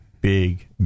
big